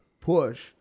push